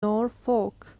norfolk